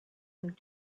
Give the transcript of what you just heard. and